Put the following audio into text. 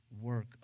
work